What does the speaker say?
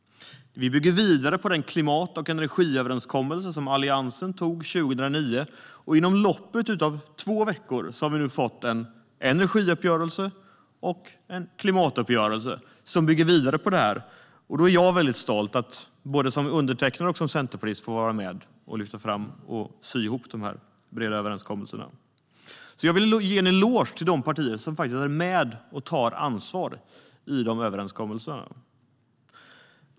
Vi bygger vidare på den klimat och energiöverenskommelse som Alliansen ingick 2009. Inom loppet av två veckor har vi fått en energiuppgörelse och en klimatuppgörelse som bygger vidare på detta. Både som undertecknare och som centerpartist är jag väldigt stolt över att få vara med och lyfta fram och sy ihop dessa breda överenskommelser. Jag vill ge en eloge till de partier som är med och tar ansvar för dessa överenskommelser.